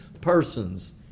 persons